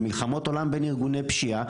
זה מלחמות עולם בין ארגוני פשיעה,